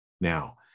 Now